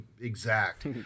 exact